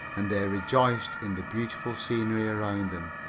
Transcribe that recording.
and they rejoiced in the beautiful scenery around them,